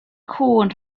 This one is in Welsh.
cŵn